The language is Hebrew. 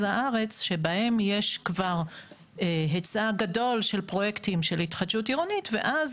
הארץ שבהם יש כבר היצע גדול של פרויקטים של התחדשות עירונית ואז